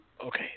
okay